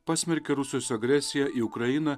pasmerkė rusijos agresiją į ukrainą